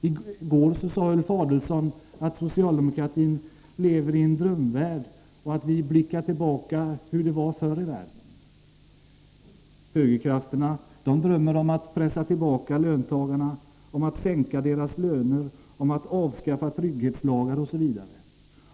I går sade Ulf Adelsohn att socialdemokratin lever i en drömvärld och att vi blickar tillbaka på hur det var förr i världen. Högerkrafterna drömmer om att pressa tillbaka löntagarna, om att sänka deras löner, om att avskaffa trygghetslagar osv.